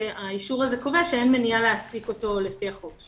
שהאישור הזה קובע שאין מניעה להעסיק אותו לפי החוק.